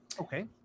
Okay